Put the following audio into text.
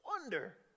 wonder